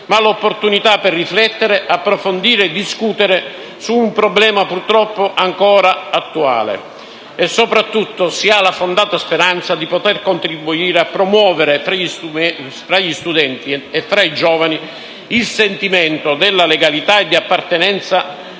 ma l'opportunità per riflettere, approfondire e discutere di un problema purtroppo ancora attuale e, soprattutto, si ha la fondata speranza di potere contribuire a promuovere tra gli studenti e tra i giovani il sentimento della legalità e di appartenenza